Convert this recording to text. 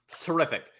Terrific